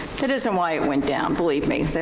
that isn't why it went down, believe me,